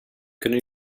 kunnen